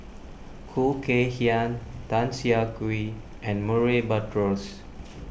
Khoo Kay Hian Tan Siah Kwee and Murray Buttrose